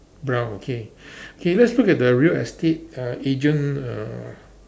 brown okay okay let's look at the real estate uh agent uh